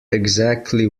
exactly